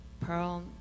pearl